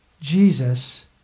Jesus